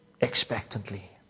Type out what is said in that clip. expectantly